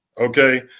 Okay